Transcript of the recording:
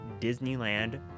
Disneyland